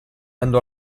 andò